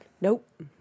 Nope